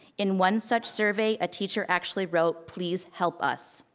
in one such survey, a teacher actually wrote, please help us.